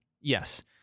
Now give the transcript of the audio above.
Yes